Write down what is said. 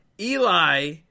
Eli